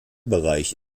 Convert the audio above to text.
bereich